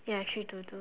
ya three two two